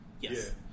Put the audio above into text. Yes